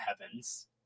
heavens